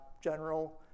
general